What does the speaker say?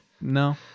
No